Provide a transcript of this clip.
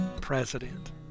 president